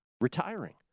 Retiring